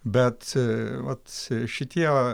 bet vat šitie